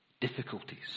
difficulties